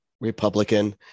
Republican